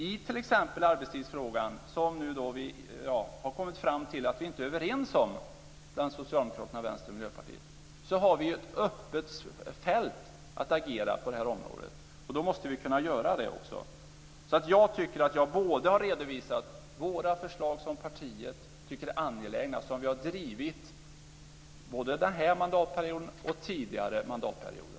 I t.ex. arbetstidsfrågan har Socialdemokraterna, Vänstern och Miljöpartiet kommit fram till att vi inte är överens. Där har vi ett öppet fält att agera, och då måste vi kunna göra det också. Jag tycker att jag har redovisat de förslag som partiet tycker är angelägna och som vi har drivit den här mandatperioden och tidigare mandatperioder.